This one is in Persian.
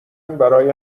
برای